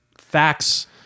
facts